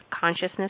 Consciousness